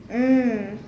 mm